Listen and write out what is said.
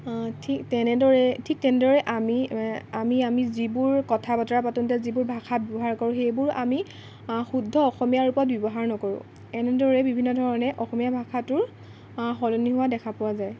ঠিক তেনেদৰে ঠিক তেনেদৰে আমি আমি আমি যিবোৰ কথা বতৰা পাতোঁতে যিবোৰ ভাষা ব্যৱহাৰ কৰোঁ সেইবোৰ আমি শুদ্ধ অসমীয়া ৰূপত ব্যৱহাৰ নকৰোঁ এনেদৰেই বিভিন্ন ধৰণে অসমীয়া ভাষাটো সলনি হোৱা দেখা পোৱা যায়